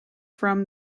from